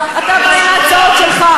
בסעיף 10ג,